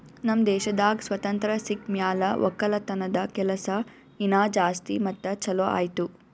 ನಮ್ ದೇಶದಾಗ್ ಸ್ವಾತಂತ್ರ ಸಿಕ್ ಮ್ಯಾಲ ಒಕ್ಕಲತನದ ಕೆಲಸ ಇನಾ ಜಾಸ್ತಿ ಮತ್ತ ಛಲೋ ಆಯ್ತು